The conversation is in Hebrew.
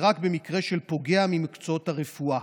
ורק במקרה של פוגע ממקצועות הרפואה.